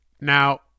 Now